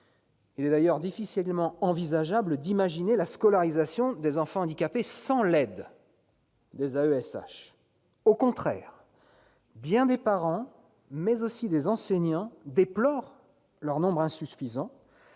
il est d'ailleurs difficilement envisageable d'imaginer la scolarisation des enfants handicapés sans l'aide des AESH., bien des parents, mais aussi des enseignants, déplorent le nombre insuffisant